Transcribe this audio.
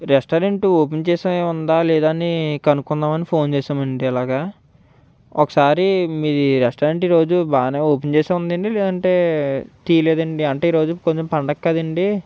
restaurant open చేసే ఉందా లేదా అని కనుక్కుందామని ఫోన్ చేశామండి ఇలాగ ఒకసారి మీది రెస్టారెంటు ఈ రోజు బాగానే ఓపెన్ చేసే ఉందా అండి లేదంటే తీలేదండి అంటే ఈరోజు కొంచెం పండుగ కదండి